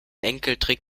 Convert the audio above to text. enkeltrick